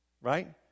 right